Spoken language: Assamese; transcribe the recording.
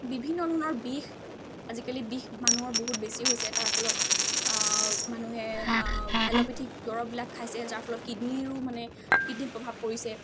বিভিন্ন ধৰণৰ বিষ আজিকালি বিষ মানুহৰ বহুত বেছি হৈছে তাৰ ফলত মানুহে এল'পেথিক দৰৱবিলাক খাইছে যাৰ ফলত কিডনীৰো মানে কিডনিত প্ৰভাৱ পৰিছে